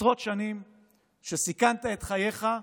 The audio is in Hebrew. עשרות שנים שסיכנת את חייך,